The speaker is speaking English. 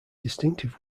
distinctive